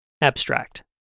Abstract